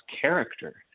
character